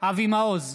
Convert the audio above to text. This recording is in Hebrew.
אבי מעוז,